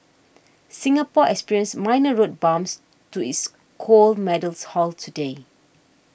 Singapore experienced minor road bumps to its gold medals haul today